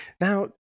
Now